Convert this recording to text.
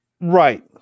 Right